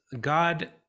god